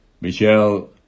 Michelle